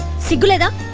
sita